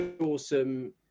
awesome